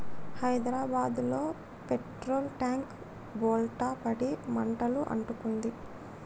హైదరాబాదులో petrol tank బోల్తా పడి మంటలు అంటుకుంది